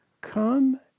Come